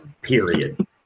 Period